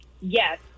Yes